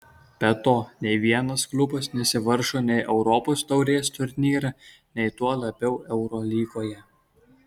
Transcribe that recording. be to nei vienas klubas nesivaržo nei europos taurės turnyre nei tuo labiau eurolygoje